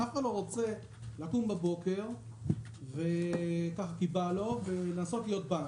אף אחד לא רוצה לקום בבוקר כי בא לו ולנסות להיות בנק.